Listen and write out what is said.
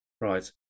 Right